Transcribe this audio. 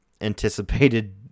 anticipated